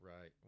right